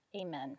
Amen